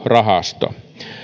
rahasto